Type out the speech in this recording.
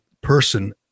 person